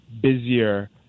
busier